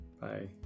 bye